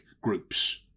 groups